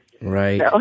Right